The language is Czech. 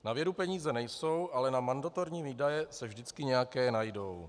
Na vědu peníze nejsou, ale na mandatorní výdaje se vždycky nějaké najdou.